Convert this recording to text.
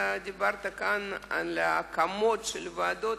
אתה דיברת כאן על הקמות של ועדות.